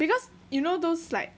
because you know those like